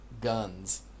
Guns